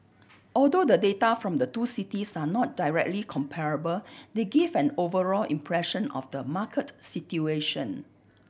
although the data from the two cities are not directly comparable they give an overall impression of the market situation